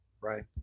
right